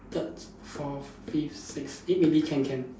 third fourth fifth sixth eh maybe can can